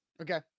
Okay